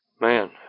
Man